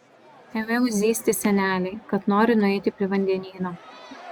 ėmiau zyzti senelei kad noriu nueiti prie vandenyno